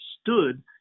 stood